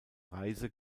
reise